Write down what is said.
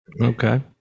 okay